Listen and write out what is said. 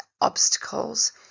obstacles